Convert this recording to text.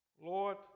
Lord